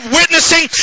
witnessing